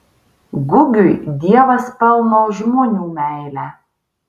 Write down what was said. gugiui dievas pelno žmonių meilę